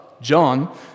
John